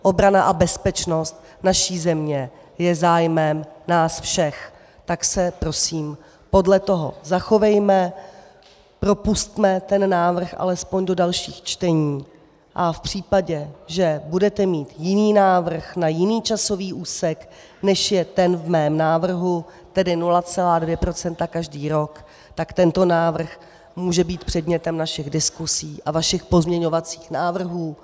Obrana a bezpečnost naší země je zájmem nás všech, tak se prosím podle toho zachovejme, propusťme ten návrh alespoň do dalších čtení a v případě, že budete mít jiný návrh na jiný časový úsek, než je ten v mém návrhu, tedy 0,2 % každý rok, tak tento návrh může být předmětem našich diskusí a vašich pozměňovacích návrhů.